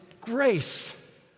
grace